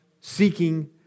seeking